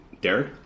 Derek